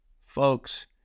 Folks